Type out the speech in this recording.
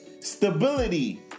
Stability